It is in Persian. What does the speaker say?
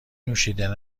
نوشیدنی